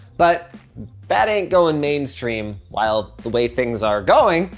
but that ain't going mainstream. while the way things are going,